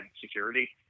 security